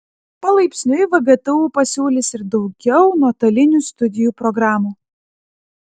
palaipsniui vgtu pasiūlys ir daugiau nuotolinių studijų programų